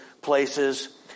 places